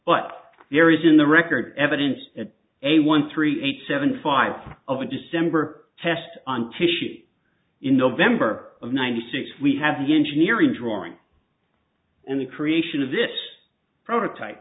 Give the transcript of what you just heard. but there is in the record evidence at a one three eight seven five of a december test on to shoot in november of ninety six we have the engineering drawing and the creation of this prototype